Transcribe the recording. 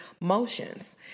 motions